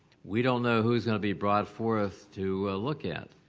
we don't know who's going to be brought forth to look at.